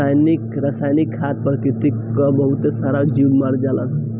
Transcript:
रासायनिक खाद से प्रकृति कअ बहुत सारा जीव मर जालन